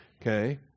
okay